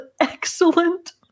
Excellent